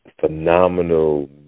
phenomenal